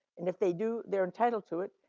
and if they do, they're entitled to it.